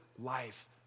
life